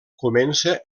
comença